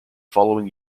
following